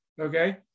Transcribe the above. Okay